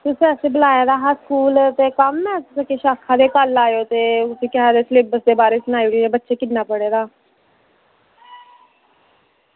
तुसें असेंगी बुलाए दा हा ते स्कूल ते कम्म ऐ तुस आक्खा दे हे कल्ल आयो ते सिलेब्स दे बारै ई सनागे की बच्चें किन्ना पढ़े दा